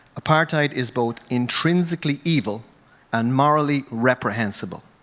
apartheid is both intrinsically evil and morally reprehensible.